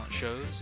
shows